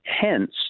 Hence